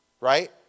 Right